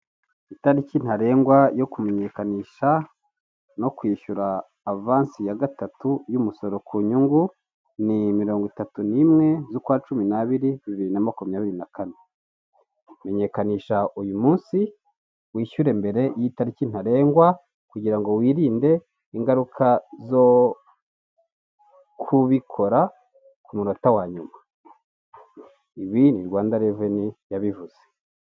Itariki ntarengwa yo kumenyekanisha no kwishyura avansi ya gatatu y'umusoro ku nyungu, ni mirongo itatu n'imwe z'ukwa cumi n'abiri, bibiri na makumyabiri na kane, menkanisha uyu munsi wishyure mbere y'itariki ntarengwa, kugira ngo wirinde ingaruka zo kubikora ku munota wa nyuma, ibi ni Rwanda reveni yabivuze.